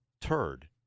turd